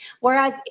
Whereas